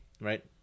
right